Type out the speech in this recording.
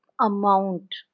amount